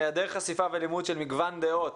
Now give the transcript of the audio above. היעדר חשיפה ולימוד של מגוון דעות